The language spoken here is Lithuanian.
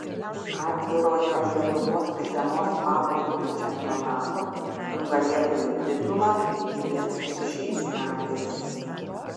atvirojo lietuvos žiemos paplūdimio čempionato nugalėtojų titulą ji gins ir šiais metais